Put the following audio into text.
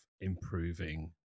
improving